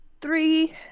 three